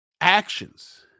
actions